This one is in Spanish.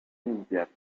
limpiarlo